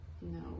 No